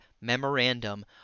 memorandum